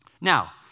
Now